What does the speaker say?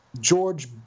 george